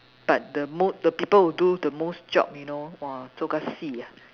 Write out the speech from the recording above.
but the mo~ the people who do the most job you know !wah! ah